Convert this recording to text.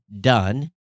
done